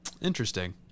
Interesting